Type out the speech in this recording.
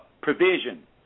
provision